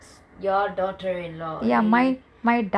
your daughter in law